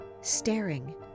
staring